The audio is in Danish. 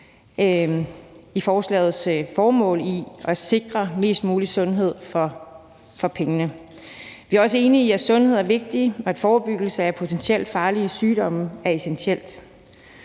i forslagets formål, nemlig at sikre mest mulig sundhed for pengene. Vi er også enige i, at sundhed er vigtigt, og at forebyggelse af potentielt farlige sygdomme er essentielt.